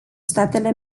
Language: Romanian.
statele